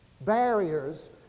barriers